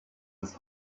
his